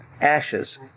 ashes